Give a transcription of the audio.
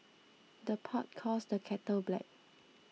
the pot calls the kettle black